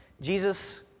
Jesus